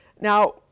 Now